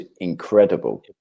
incredible